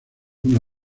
una